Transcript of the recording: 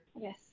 Yes